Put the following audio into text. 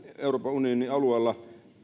euroopan unionin alueella